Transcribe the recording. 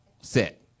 set